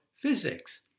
physics